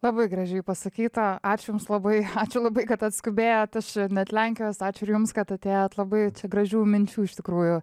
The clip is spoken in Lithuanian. labai gražiai pasakyta ačiū jums labai ačiū labai kad atskubėjot iš net lenkijos ačiū ir jums kad atėjot labai gražių minčių iš tikrųjų